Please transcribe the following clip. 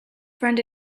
friend